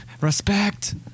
Respect